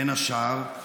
בין השאר,